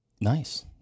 Nice